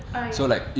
ah ya